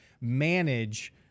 manage